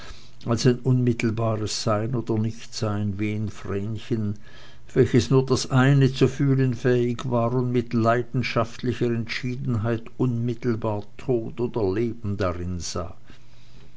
als ein unmittelbares sein oder nichtsein wie in vrenchen welches nur das eine zu fühlen fähig war und mit leidenschaftlicher entschiedenheit unmittelbar tod oder leben darin sah